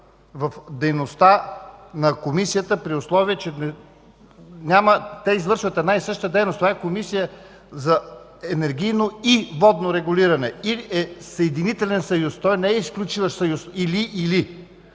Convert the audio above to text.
в дейността на Комисията при условие, че извършват една и съща дейност. Това е Комисия за енергийно и водно регулиране. Съюзът „и” е съединителен съюз. Той не е изключващ съюз – „или”.